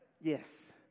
Yes